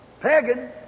pagan